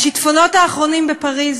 השיטפונות האחרונים בפריז,